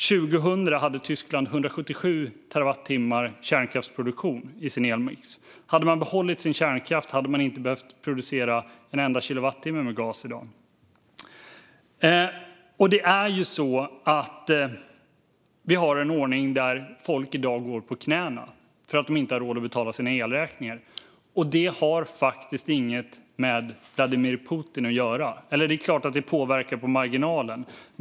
År 2000 hade Tyskland 177 terawattimmar kärnkraftsproduktion i sin elmix. Om man hade behållit sin kärnkraft hade man inte behövt producera en enda kilowattimme med gas i dag. Vi har en ordning där folk i dag går på knäna för att de inte har råd att betala sina elräkningar. Det har inget med Vladimir Putin att göra. Det är klart att det påverkar på marginalen.